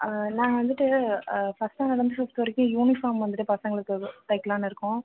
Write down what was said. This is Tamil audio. நான் வந்துட்டு ஃபர்ஸ்ட் ஸ்டாண்டர்ட்லேருந்து ஃபிஃப்த்து வரைக்கும் யூனிஃபார்ம் வந்துட்டு பசங்களுக்கு தைக்கலான்னு இருக்கோம்